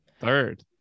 Third